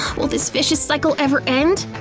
will this vicious cycle ever end!